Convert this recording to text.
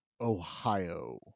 Ohio